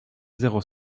zéro